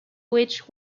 which